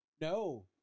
No